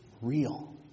real